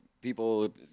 people